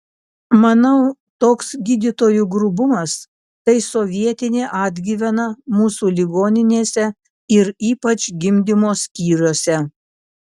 manau toks gydytojų grubumas tai sovietinė atgyvena mūsų ligoninėse ir ypač gimdymo skyriuose